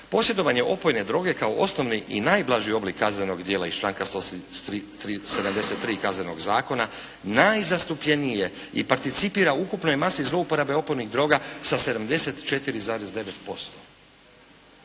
Posjedovanje opojne droge kao osnovni i najblaži oblik kaznenog djela iz članka 173. Kaznenog zakona, najzastupljeniji je i participira ukupnoj masi zlouporabe opojnih droga sa 74,9%